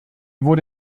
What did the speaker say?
wurde